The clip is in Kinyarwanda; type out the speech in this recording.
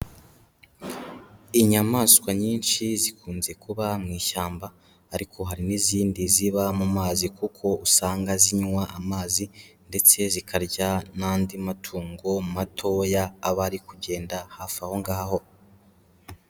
Inyamaswa nyinshi zikunze kuba mu ishyamba, ariko hari n'izindi ziba mu mazi kuko usanga zinywa amazi ndetse zikarya n'andi matungo matoya aba ari kugenda hafi aho ngaho.